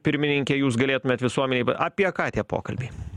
pirmininke jūs galėtumėt visuomenei apie ką tie pokalbiai